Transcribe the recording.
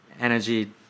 energy